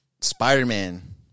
Spider-Man